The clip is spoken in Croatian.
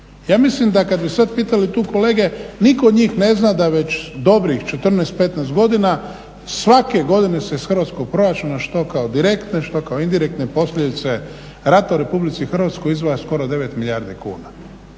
Ja mislim da kada bi sada pitali tu kolege nitko od njih ne zna da već dobrih 14, 15 godina svake godine se iz hrvatskog proračuna što kao direktne što kao indirektne posljedice rata u RH izdvaja skoro 9 milijardi kuna.